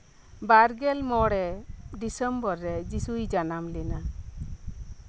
ᱵᱟᱨ ᱜᱮᱞ ᱢᱚᱬᱮ ᱰᱤᱥᱮᱢᱵᱚᱨ ᱨᱮ ᱡᱤᱥᱩᱭ ᱡᱟᱱᱟᱢ ᱞᱮᱱᱟ